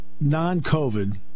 non-COVID